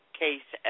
case